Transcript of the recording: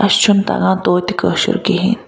اَسہِ چھُ نہٕ تَگان توتہِ کٲشُر کِہیٖنۍ